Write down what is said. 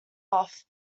off